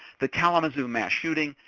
the kalamazoo mass shooting,